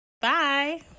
Bye